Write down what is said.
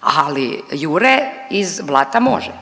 ali Jure iz Blata može.